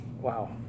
wow